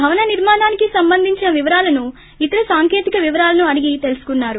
భవన నిర్మాణానికి సంబంధించిన వివరాలను ఇతర సాంకేతిక వివరాలను అడిగి తెలుసుకున్నారు